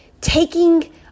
taking